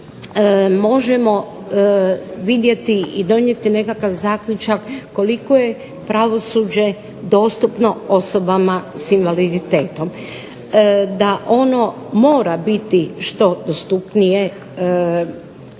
možemo vidjeti i donijeti nekakav zaključak koliko je pravosuđe dostupno osobe sa invaliditetom. Da ono mora biti što dostupnije